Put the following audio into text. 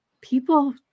people